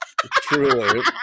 Truly